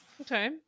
Okay